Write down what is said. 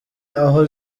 aho